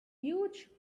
huge